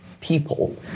people